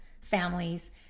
families